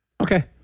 Okay